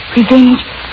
Revenge